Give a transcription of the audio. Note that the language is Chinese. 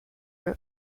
任职